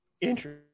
interest